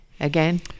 again